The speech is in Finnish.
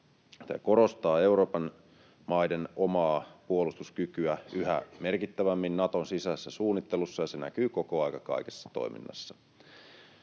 Tämä korostaa Euroopan maiden omaa puolustuskykyä yhä merkittävämmin Naton sisäisessä suunnittelussa, ja se näkyy koko ajan kaikessa toiminnassa.